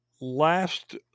Last